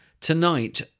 Tonight